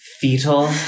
Fetal